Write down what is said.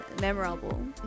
memorable